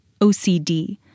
OCD